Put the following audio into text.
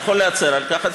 אני יכול להצר על כך.